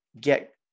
get